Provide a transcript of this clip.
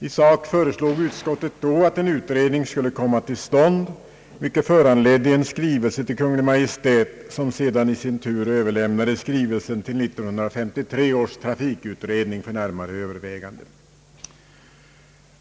I sak föreslog utskottet då att en utredning skulle komma till stånd, vilket föranledde en = skrivelse = till Kungl. Maj:t, som sedan i sin tur överlämnade skrivelsen till 1953 års trafikutredning för närmare övervägande.